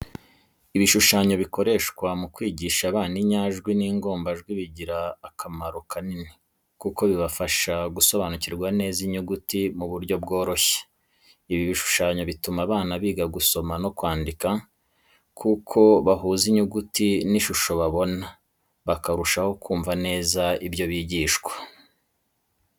Ibishushanyo bikoreshwa mu kwigisha abana inyajwi n'ingombajwi bigira akamaro kanini kuko bibafasha gusobanukirwa neza inyuguti mu buryo bworoshye. Ibi bishushanyo bituma abana biga gusoma no kwandika, kuko bahuza inyuguti n'ishusho babona bakarushaho kumva neza ibyo bigishwa.